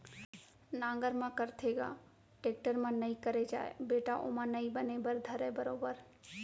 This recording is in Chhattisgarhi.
नांगर म करथे ग, टेक्टर म नइ करे जाय बेटा ओमा नइ बने बर धरय बरोबर